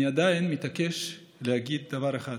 אני עדיין מתעקש להגיד דבר אחד: